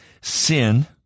Sin